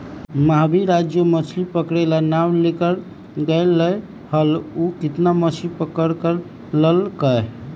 महावीर आज जो मछ्ली पकड़े ला नाव लेकर गय लय हल ऊ कितना मछ्ली पकड़ कर लल कय?